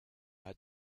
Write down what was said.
hat